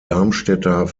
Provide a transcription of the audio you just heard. darmstädter